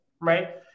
right